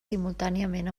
simultàniament